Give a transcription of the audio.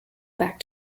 back